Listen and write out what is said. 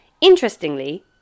Interestingly